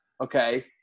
okay